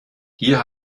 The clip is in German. hier